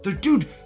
Dude